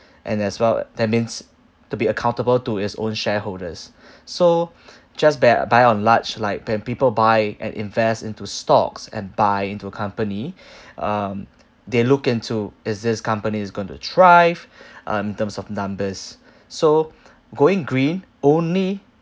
and as well that means to be accountable to its own shareholders so just bear by on large like when people buy and invest into stocks and buy into a company um they look into is this company is going to thrive uh in terms of numbers so going green only